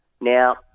Now